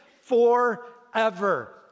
forever